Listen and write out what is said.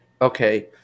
okay